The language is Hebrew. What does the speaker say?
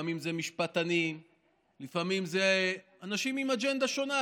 לפעמים הם משפטנים לפעמים הם אנשים עם אג'נדה שונה,